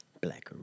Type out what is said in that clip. Black